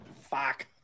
Fuck